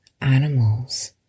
animals